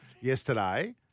yesterday